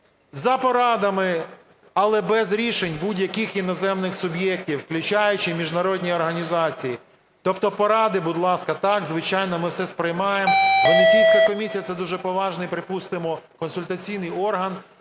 За порадами, але без рішень будь-яких іноземних суб'єктів, включаючи міжнародні організації. Тобто поради, будь ласка, так, звичайно, ми все сприймаємо, Венеційська комісія - це дуже поважний, припустимо, консультаційний орган,